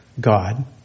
God